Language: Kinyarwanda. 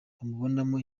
bamubonamo